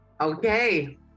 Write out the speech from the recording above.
Okay